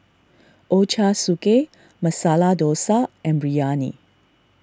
Ochazuke Masala Dosa and Biryani